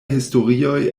historioj